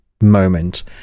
moment